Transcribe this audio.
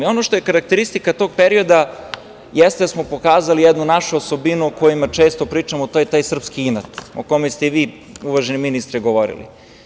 Ono što je karakteristika tog perioda jeste da smo pokazali jednu našu osobinu o kojoj često pričamo, a to je taj srpski inat, o kome ste i vi, uvaženi ministre, govorili.